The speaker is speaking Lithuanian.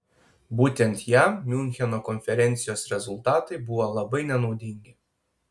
būtent jam miuncheno konferencijos rezultatai buvo labai nenaudingi